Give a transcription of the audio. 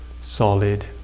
solid